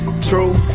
True